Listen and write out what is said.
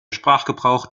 sprachgebrauch